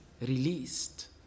released